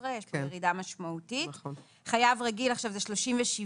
הסכום הוא 13,000. חייב רגיל 37,500